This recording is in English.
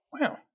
Wow